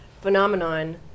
phenomenon